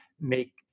make